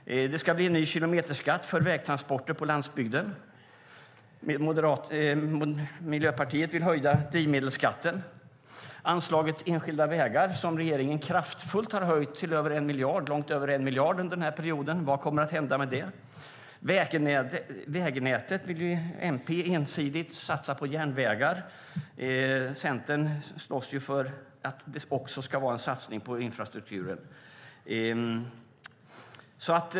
Det ska bli en ny kilometerskatt för vägtransporter på landsbygden. Miljöpartiet vill höja drivmedelsskatten. Vad kommer att hända med anslaget Enskilda vägar? Regeringen har kraftfullt höjt anslaget till långt över 1 miljard under perioden. MP vill ensidigt satsa på järnvägar. Centern slåss för att det också ska vara en satsning på infrastrukturen för vägar.